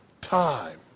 time